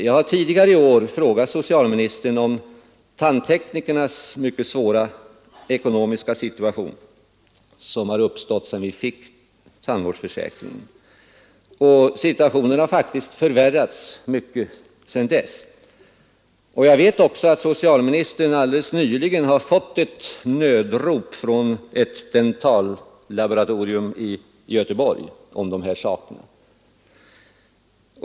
Jag har tidigare i år frågat socialministern om den mycket svåra ekonomiska situation som uppstått för tandteknikerna sedan vi fick tandvårdsförsäkringen. Situationen har faktiskt förvärrats mycket sedan dess. Jag vet också att socialministern alldeles nyligen fått ett nödrop från ett dentallaboratorium i Göteborg om de här sakerna.